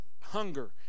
hunger